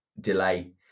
delay